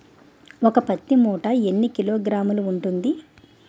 ఒక పత్తి మూట ఎన్ని కిలోగ్రాములు ఉంటుంది?